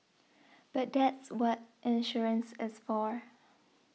but that's what insurance is for